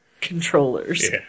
controllers